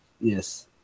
yes